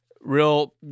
real